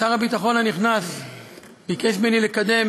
ששר הביטחון הנכנס ביקש ממני לקדם